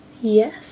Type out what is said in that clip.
yes